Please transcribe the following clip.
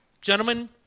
gentlemen